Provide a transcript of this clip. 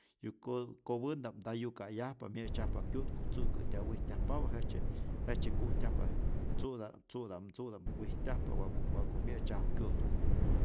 Yu ko kopämnta'p nta yuka'yajpa, mye'tzyajpa kyu'tku tzu'kä'tya'p wijtyajpapä, jejtzye jejtzye ku'tyajpa tzu'ta tzu'tam tzu'tam wijtyajpa wa'ku wa'ku mye'tzyaju kyu'tku'.